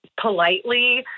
politely